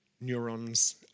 neurons